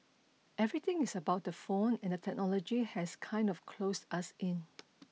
everything is about the phone and the technology has kind of closed us in